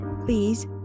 please